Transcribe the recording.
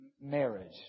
marriage